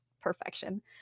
perfection